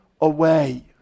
away